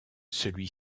celui